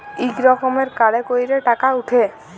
ইক রকমের কাড়ে ক্যইরে টাকা উঠে